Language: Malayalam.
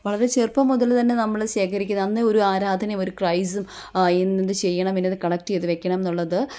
വളരെ ചെറുപ്പം മുതൽ തന്നെ നമ്മൾ ശേഖരിക്കുന്നത് അന്നേ ഒരു ആരാധനയും ഒരു ക്രൈസും ഇന്നത് ചെയ്യണം ഇന്നത് കളക്ട് ചെയ്ത് വെക്കണം എന്നുള്ളത്